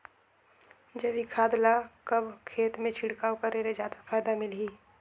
जैविक खाद ल कब खेत मे छिड़काव करे ले जादा फायदा मिलही?